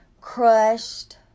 crushed